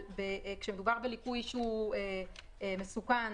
כשמדובר בליקוי שהוא מסוכן